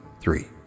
three